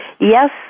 Yes